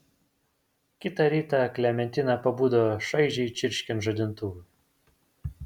kitą rytą klementina pabudo šaižiai čirškiant žadintuvui